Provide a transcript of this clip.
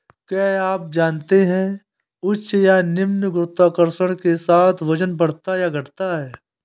क्या आप जानते है उच्च या निम्न गुरुत्वाकर्षण के साथ वजन बढ़ता या घटता है?